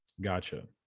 Gotcha